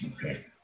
Okay